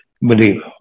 Believe